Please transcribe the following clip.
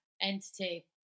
entity